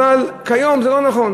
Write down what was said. אבל כיום זה לא נכון.